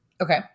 Okay